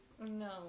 No